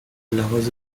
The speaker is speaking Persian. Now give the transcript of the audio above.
لحاظ